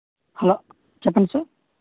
hello చెప్పండి sir